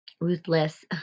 Ruthless